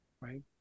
Right